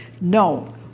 No